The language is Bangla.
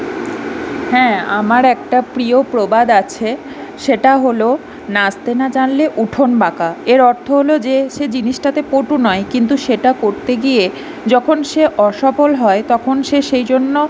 হ্যাঁ আমার একটা প্রিয় প্রবাদ আছে সেটা হলো নাচতে না জানলে উঠোন বাঁকা এর অর্থ হলো যে সে জিনিসটাতে পটু নয় কিন্তু সেটা করতে গিয়ে যখন সে অসফল হয় তখন সে সেই জন্য